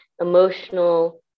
emotional